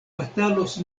batalos